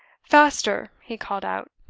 faster! he called out,